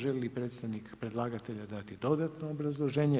Želi li predstavnik predlagatelja dati dodatno obrazloženje?